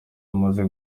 yamaze